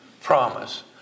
promise